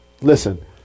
Listen